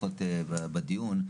לפחות בדיון,